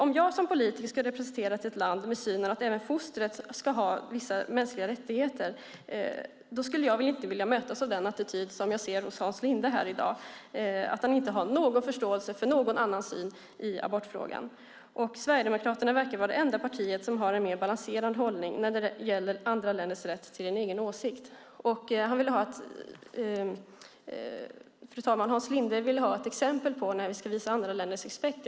Om jag som politiker ska representera ett land med synen att även fostret ska ha vissa mänskliga rättigheter skulle jag inte vilja mötas av den attityd som jag ser hos Hans Linde i dag, att inte ha någon förståelse för en annan syn i abortfrågan. Sverigedemokraterna verkar vara det enda parti som har en mer balanserad hållning när det gäller andra länders rätt till egen åsikt. Fru talman! Hans Linde ville ha exempel på när vi ska visa andra länder respekt.